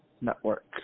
Network